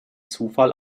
zufall